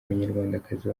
abanyarwandakazi